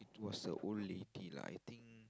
was an old lady lah I think